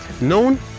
known